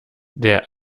der